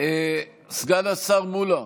סגן השר מולה,